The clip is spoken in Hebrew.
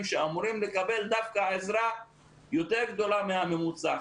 שאמורים לקבל דווקא עזרה יותר גדולה מהממוצע.